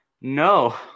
No